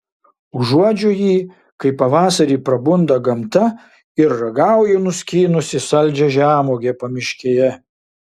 uodžiu jį kai pavasarį prabunda gamta ir ragauju nuskynusi saldžią žemuogę pamiškėje